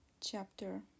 chapter